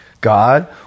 God